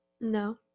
no